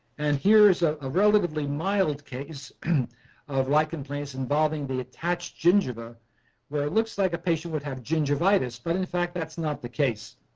and here is ah a relatively mild case of lichen planus involving the attached gingiva where it looks like a patient would have gingivitis but in fact that's not the case.